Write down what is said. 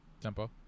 Tempo